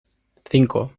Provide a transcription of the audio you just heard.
cinco